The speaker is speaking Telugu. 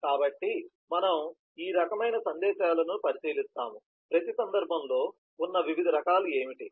కాబట్టి మనము ఈ రకమైన సందేశాలను పరిశీలిస్తాము ప్రతి సందర్భంలో ఉన్న వివిధ రకాలు ఏమిటి